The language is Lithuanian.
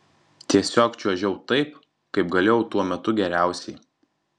tiesiog čiuožiau taip kaip galėjau tuo metu geriausiai